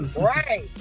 Right